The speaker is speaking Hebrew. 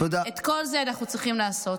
את כל זה אנחנו צריכים לעשות.